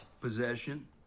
Possession